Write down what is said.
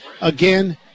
Again